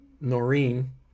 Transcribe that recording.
Noreen